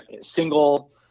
single